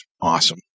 awesome